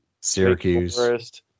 Syracuse